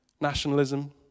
nationalism